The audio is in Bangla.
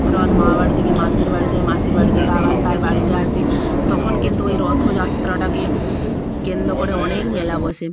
রথ মামাবাড়ি থেকে মাসির বাড়ি যায় মাসির বাড়ি থেকে আবার তার বাড়িতে আসে তখন কিন্তু ওই রথযাত্রাটাকে কেন্দ্র করে অনেক মেলা বসে